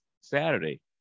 Saturday